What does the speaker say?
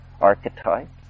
archetypes